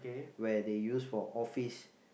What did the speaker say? where they use for office